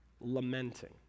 Lamenting